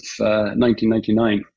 1999